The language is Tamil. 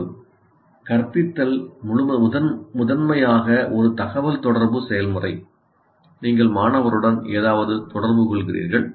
தொடர்பு கற்பித்தல் முதன்மையாக ஒரு தகவல்தொடர்பு செயல்முறை நீங்கள் மாணவருடன் ஏதாவது தொடர்பு கொள்கிறீர்கள்